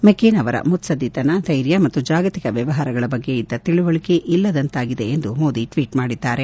McCain ಅವರ ಮುತ್ಲದ್ದಿತನ ಧೈರ್ಯ ಮತ್ತು ಜಾಗತಿಕ ವ್ಯವಹಾರಗಳ ಬಗ್ಗೆ ಇದ್ದ ತಿಳಿವಳಿಕೆ ಇನ್ನಿಲ್ಲದಂತಾಗಿದೆ ಎಂದು ಮೋದಿ ಟ್ವೀಟ್ ಮಾಡಿದ್ದಾರೆ